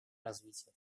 развития